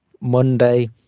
Monday